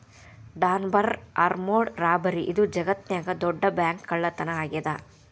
Dunbar armoured robbery ಇದು ಜಗತ್ನ್ಯಾಗ ದೊಡ್ಡ ಬ್ಯಾಂಕ್ಕಳ್ಳತನಾ ಆಗೇದ